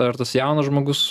ar tas jaunas žmogus